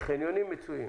וחניונים מצויים.